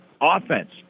offense